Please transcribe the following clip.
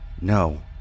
No